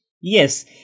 Yes